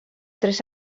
tres